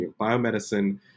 biomedicine